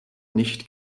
nicht